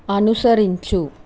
అనుసరించు